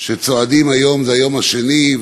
שצועדים היום זה היום השני,